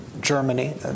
Germany